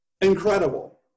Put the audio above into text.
Incredible